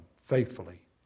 faithfully